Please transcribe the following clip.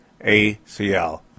ACL